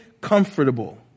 comfortable